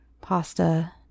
Pasta